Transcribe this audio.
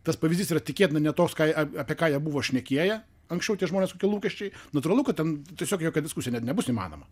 tas pavyzdys yra tikėtina ne toks ką apie ką jie buvo šnekėję anksčiau tie žmonės kokie lūkesčiai natūralu kad ten tiesiog jokia diskusija net nebus įmanoma